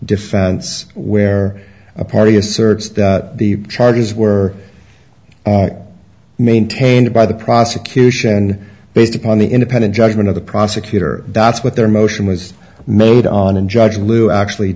defense where a party asserts that the charges were maintained by the prosecution based upon the independent judgment of the prosecutor that's what their motion was made on and judge lewis actually